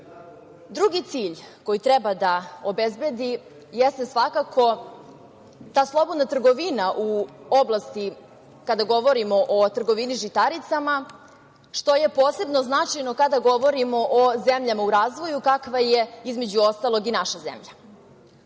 Drugi cilj koji treba da obezbedi jeste svakako ta slobodna trgovina u oblasti, kada govorimo o trgovini žitaricama, što je posebno značajno kada govorimo o zemljama u razvoju kakva je između ostalog i naša zemlja. Treći